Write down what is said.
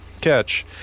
catch